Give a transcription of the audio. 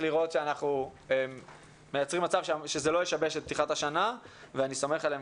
לראות שאנחנו מייצרים מצב שזה לא ישבש את פתיחת השנה ואני סומך עליהם,